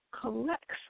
collects